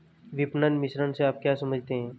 विपणन मिश्रण से आप क्या समझते हैं?